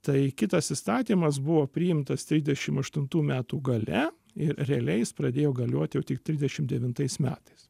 tai kitas įstatymas buvo priimtas trisdešimt aštuntų metų gale ir realiai jis pradėjo galiot jau tik trisdešimt devintais metais